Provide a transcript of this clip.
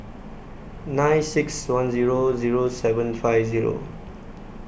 nine six one Zero Zero seven five Zero